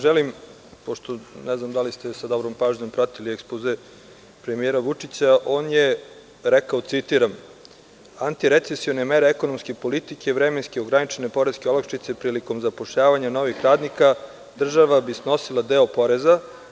Želim, pošto ne znam da li se ste sa dobrom pažnjom pratili premijera Vučića, on je rekao, citiram – antirecesione mere ekonomske politike i vremenski ograničene poreske olakšice prilikom zapošljavanja novih radnika država bi snosila deo poreza.